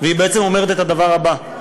והיא בעצם אומרת את הדבר הבא: